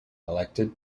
elected